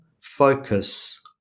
focus